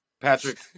Patrick